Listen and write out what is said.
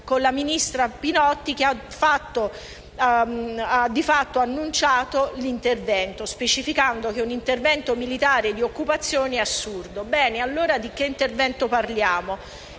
con la ministra Pinotti che ha di fatto annunciato l'intervento, specificando che un intervento militare di occupazione è assurdo. Bene, allora di che intervento parliamo?